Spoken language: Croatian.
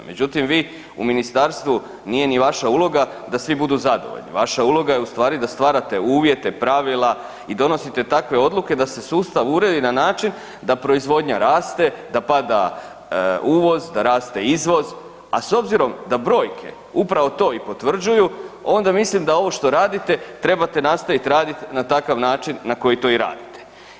Međutim, vi u ministarstvu, nije ni vaša uloga da svi budu zadovoljni, vaša uloga je u stvari da stvarate uvjete, pravila i donosite takve odluke da se sustav uredi na način da proizvodnja raste, da pada uvoz, da raste izvoz, a s obzirom da brojke upravo to i potvrđuju onda mislim da ovo što radite trebate nastavit radit na takav način na koji to i radite.